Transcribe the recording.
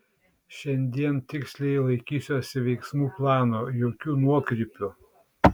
šiandien tiksliai laikysiuosi veiksmų plano jokių nuokrypių